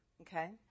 okay